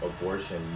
abortion